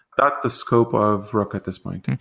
that's the scope of rook at this point.